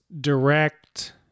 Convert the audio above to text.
direct